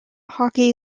hockey